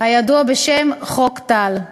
הידוע בשם חוק טל.